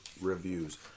reviews